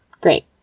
Great